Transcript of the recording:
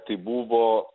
tai buvo